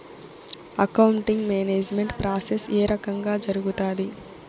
accounting management process ఏ రకంగా జరుగుతాది